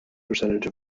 percentage